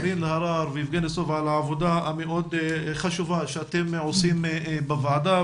קארין אלהרר ויבגני סובה על העבודה המאוד חשובה שאתם עושים בוועדה,